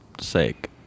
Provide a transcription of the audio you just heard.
sake